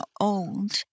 old